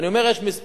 כשאני אומר מספר,